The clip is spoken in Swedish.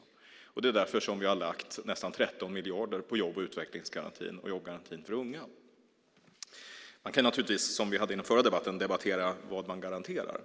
Det är därför vi har lagt nästan 13 miljarder på jobb och utvecklingsgarantin och jobbgarantin för unga. Man kan naturligtvis, som i den förra debatten, debattera vad man garanterar.